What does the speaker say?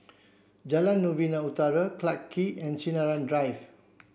Jalan Novena Utara Clarke and Sinaran Drive